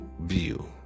view